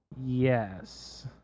Yes